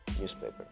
newspaper